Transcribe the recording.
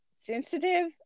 sensitive